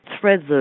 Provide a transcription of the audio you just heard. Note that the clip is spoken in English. threads